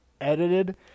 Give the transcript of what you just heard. edited